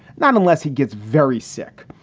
not unless he gets very sick,